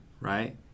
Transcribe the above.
right